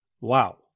Wow